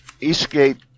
Eastgate